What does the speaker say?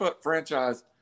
franchise